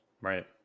Right